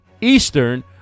Eastern